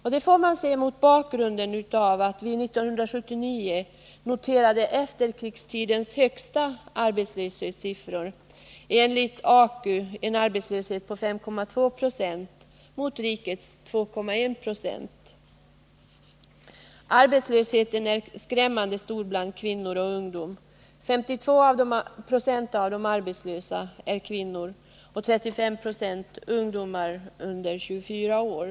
Detta får ses mot bakgrund av att vi för 1979 noterat efterkrigstidens högsta arbetslöshetssiffror — enligt AKU en arbetslöshet i Norrbottens län på 5,2 Jo mot rikets 2,1 Zo. Arbetslösheten är skrämmande stor bland kvinnor och ungdom. 52 96 av de arbetslösa är kvinnor och 35 26 av dem är ungdomar under 24 år.